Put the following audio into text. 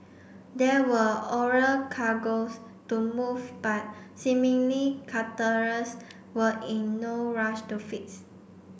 there were oral cargoes to move but seemingly were in no rush to fix